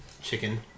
chicken